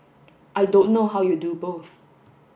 I don't know how you do both